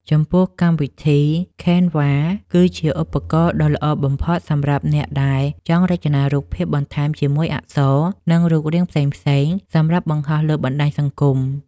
ចំពោះ កម្មវិធី ខេនវ៉ា គឺជាឧបករណ៍ដ៏ល្អបំផុតសម្រាប់អ្នកដែលចង់រចនារូបភាពបន្ថែមជាមួយអក្សរ និងរូបរាងផ្សេងៗសម្រាប់បង្ហោះលើបណ្ដាញសង្គម។